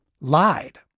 lied